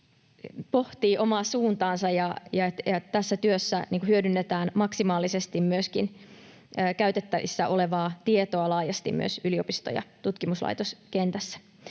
pohtii omaa suuntaansa ja että tässä työssä hyödynnetään maksimaalisesti myöskin käytettävissä olevaa tietoa laajasti myös yliopisto- ja tutkimuslaitoskentässä.